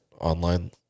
online